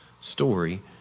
story